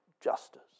justice